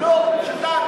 לא, שתק.